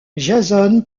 jason